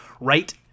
right